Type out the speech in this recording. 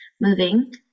moving